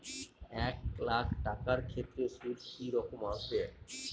এক লাখ টাকার ক্ষেত্রে সুদ কি রকম আসবে?